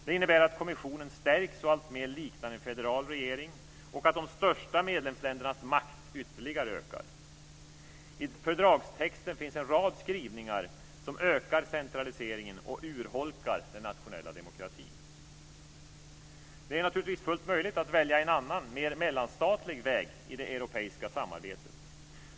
Det innebär att kommissionen stärks och alltmer liknar en federal regering och att de största medlemsländernas makt ytterligare ökar. I fördragstexten finns en rad skrivningar som ökar centraliseringen och urholkar den nationella demokratin. Det är naturligtvis fullt möjligt att välja en annan, mer mellanstatlig, väg i det europeiska samarbetet.